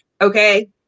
Okay